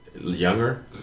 younger